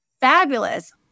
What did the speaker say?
fabulous